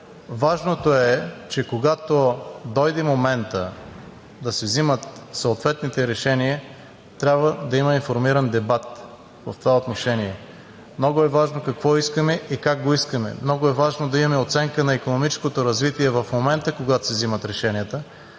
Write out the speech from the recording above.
важното е, че когато дойде моментът да се взимат съответните решения, трябва да има информиран дебат в това отношение. Много е важно какво искаме и как го искаме. Много е важно да имаме оценка на икономическото развитие в момента, когато се взимат решенията.